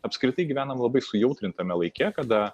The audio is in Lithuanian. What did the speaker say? apskritai gyvenam labai sujautrintame laike kada